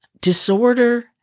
disorder